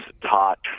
taught